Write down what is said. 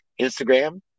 Instagram